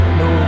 no